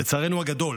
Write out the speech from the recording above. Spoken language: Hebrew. לצערנו הגדול,